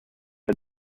had